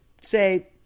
say